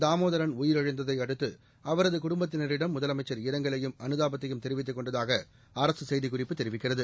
தாமோதரன் உயிரிழந்ததை அடுத்து அவரது குடும்பத்தினரிடம் முதலமைச்சர் இரங்கவையும் அனுதாபத்தையும் தெரிவித்துக் கொண்டதாக அரசு செய்திக்குறிப்பு தெரிவிக்கிறது